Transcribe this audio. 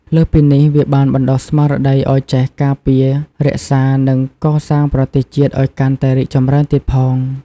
លើសពីនេះ វាបានបណ្ដុះស្មារតីឲ្យចេះការពារ រក្សា និងកសាងប្រទេសជាតិឲ្យកាន់តែរីកចម្រើនទៀតផង។